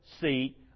seat